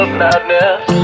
madness